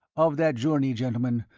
of that journey, gentlemen,